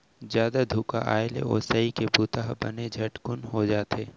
जादा धुका आए ले ओसई के बूता ह बने झटकुन हो जाथे